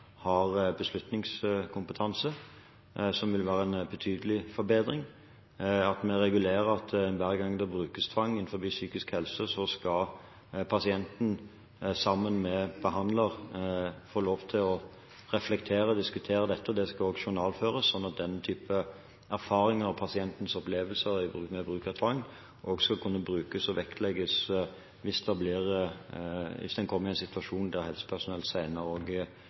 har beslutningskompetanse, noe som vil være en betydelig forbedring, og at vi regulerer at pasienten – hver gang det brukes tvang innenfor psykisk helse – sammen med behandler skal få lov til å reflektere over og diskutere dette. Det skal også journalføres, slik at den type erfaringer og pasientens opplevelse ved bruk av tvang også skal kunne brukes og vektlegges hvis en kommer i en situasjon der helsepersonell